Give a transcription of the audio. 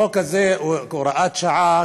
החוק הזה הוא הוראת שעה,